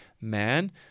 man